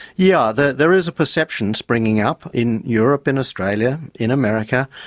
yeah there there is a perception springing up in europe, in australia, in america,